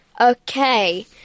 Okay